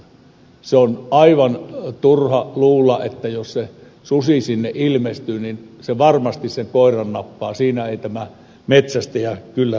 se oli aivan turha luulla että jos se susi sinne ilmestyy niin se varmasti sen koiran nappaa siinä ei tämä metsästäjä kyllä pysy mukana